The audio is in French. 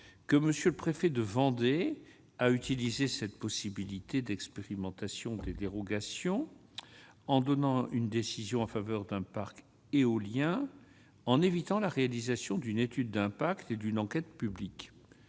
que M. le préfet de Vendée a utilisé cette possibilité d'expérimentation des dérogations dans une décision en faveur d'un parc éolien en évitant la réalisation d'une étude d'impact et d'une enquête publique.